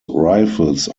rifles